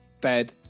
bed